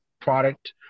product